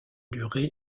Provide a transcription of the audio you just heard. duré